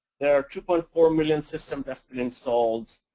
there are two point four million systems that's been installed